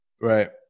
right